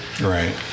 Right